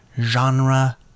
genre